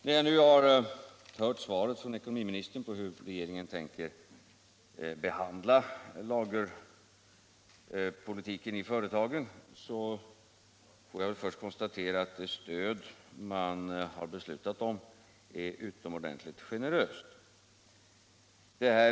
När jag nu har hört svaret från ekonomiministern på frågan hur regeringen tänker behandla lagerpolitiken i företagen får jag till att börja med konstatera att det stöd man beslutat om är utomordentligt generöst.